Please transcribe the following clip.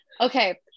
Okay